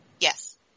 Yes